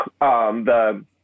the-